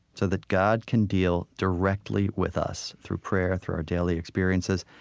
so that god can deal directly with us through prayer, through our daily experiences.